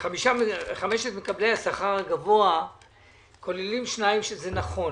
חמשת מקבלי השכר הגבוה כוללים שניים, שזה נכון.